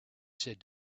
said